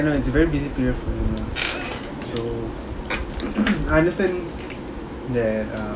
ya I know it's a very busy period for him lah so I understand that uh